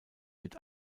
wird